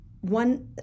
one